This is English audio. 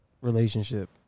relationship